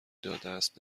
دادهاست